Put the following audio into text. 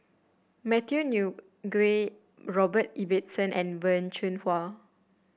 Matthew new gui Robert Ibbetson and Wen Jinhua